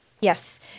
Yes